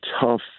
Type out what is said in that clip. tough